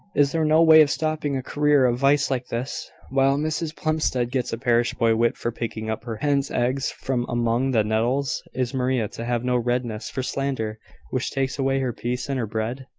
is there no way of stopping a career of vice like this? while mrs plumstead gets a parish boy whipped for picking up her hens' eggs from among the nettles, is maria to have no redress for slander which takes away her peace and her bread?